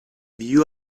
view